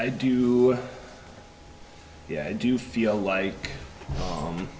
i do yeah i do feel like